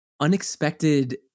unexpected